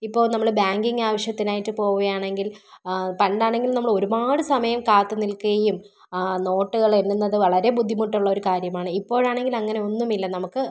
ഇപ്പോൾ നമ്മൾ ബാങ്കിംഗ് ആവശ്യത്തിനായിട്ട് പോവുകയാണെങ്കിൽ പണ്ടാണെങ്കിൽ നമ്മൾ ഒരുപാട് സമയം കാത്തുനിൽക്കുകയും നോട്ടുകൾ എണ്ണുന്നത് വളരെ ബുദ്ധിമുട്ടുള്ള ഒരു കാര്യമാണ് ഇപ്പോഴാണെങ്കിൽ അങ്ങനെ ഒന്നുമില്ല നമുക്ക്